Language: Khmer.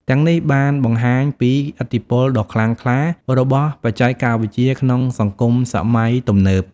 ទាំងនេះបានបង្ហាញពីឥទ្ធិពលដ៏ខ្លាំងក្លារបស់បច្ចេកវិទ្យាក្នុងសង្គមសម័យទំនើប។